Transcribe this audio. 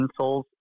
insoles